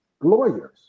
lawyers